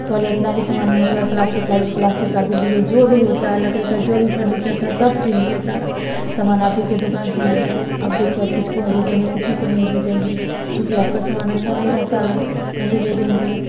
पहले इतना भी सामान मतलब प्लास्टिक का प्लास्टिक का भी लिए जो भी होता है लकड़ी का जो भी फर्नीचर था सब चीज लिए सारा समान आप ही के दुकान से ही लिए अब देखिए किस को हम भेजेंगे किसी को नहीं भेजेंगे क्योंकि आपका सामान अच्छा नहीं रहता है नहीं भेजेंगे